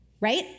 right